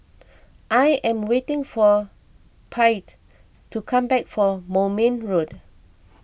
I am waiting for Paityn to come back from Moulmein Road